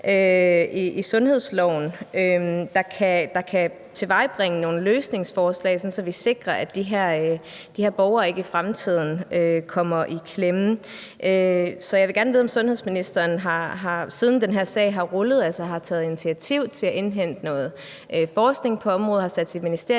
i sundhedsloven, der kan tilvejebringe nogle løsningsforslag, sådan at vi sikrer, at de her borgere ikke i fremtiden kommer i klemme. Så jeg vil gerne vide, om sundhedsministeren, siden den her sag har rullet, har taget initiativ til at indhente noget forskning på området, har sat sit ministerie